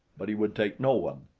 but he would take no one.